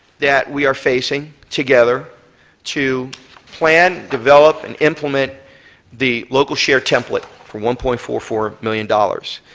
that we are facing together to plan, develop, and implement the local share template for one point four four million dollars.